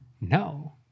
No